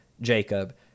Jacob